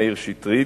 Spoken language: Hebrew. מאיר שטרית,